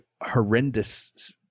horrendous